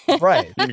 Right